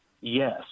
Yes